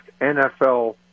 NFL